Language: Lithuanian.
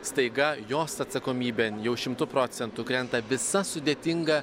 staiga jos atsakomybėn jau šimtu procentų krenta visa sudėtinga